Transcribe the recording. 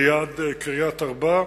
ליד קריית-ארבע,